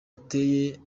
ateye